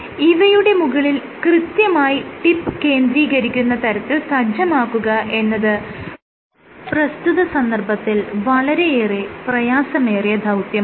ഇവയുടെ മുകളിൽ കൃത്യമായി ടിപ്പ് കേന്ദ്രീകരിക്കുന്ന തരത്തിൽ സജ്ജമാക്കുക എന്നത് പ്രസ്തുത സന്ദർഭത്തിൽ വളരെയേറെ പ്രയാസമേറിയ ദൌത്യമാണ്